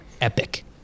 epic